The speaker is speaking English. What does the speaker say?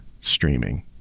streaming